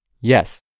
yes